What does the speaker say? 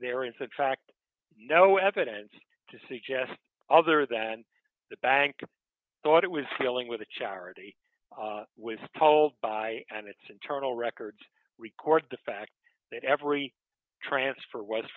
there is a tract no evidence to suggest other than the bank thought it was dealing with a charity was told by and its internal records record the fact that every transfer w